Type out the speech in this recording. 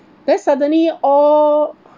then suddenly all